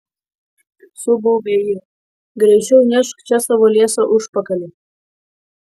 subaubė ji greičiau nešk čia savo liesą užpakalį